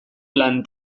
lan